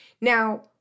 Now